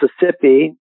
Mississippi